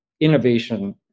innovation